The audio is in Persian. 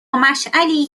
مشعلی